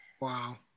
Wow